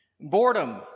Boredom